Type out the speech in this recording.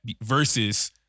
versus